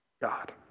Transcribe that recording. God